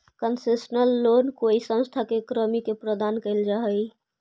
concessional loan कोई संस्था के कर्मी के प्रदान कैल जा हइ